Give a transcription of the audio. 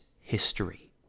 history